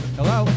Hello